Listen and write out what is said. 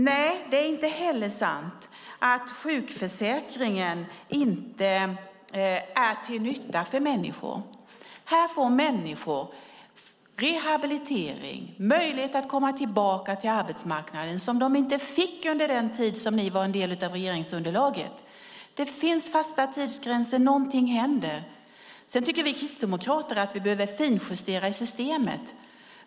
Nej, det är inte heller sant att sjukförsäkringen inte är till nytta för människor. Nu får människor rehabilitering och en möjlighet att komma tillbaka till arbetsmarknaden, som de inte fick under den tid som ni var en del av regeringsunderlaget. Det finns fasta tidsgränser, någonting händer. Sedan tycker vi kristdemokrater att vi behöver finjustera systemet.